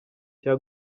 cya